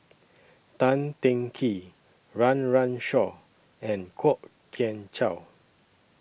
Tan Teng Kee Run Run Shaw and Kwok Kian Chow